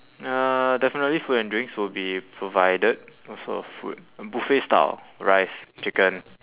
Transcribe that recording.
uh definitely food and drinks will be provided what sort of food buffet style rice chicken